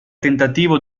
tentativo